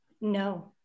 No